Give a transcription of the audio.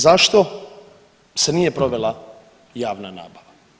Zašto se nije provela javna nabava?